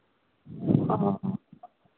हाँ हाँ हाँ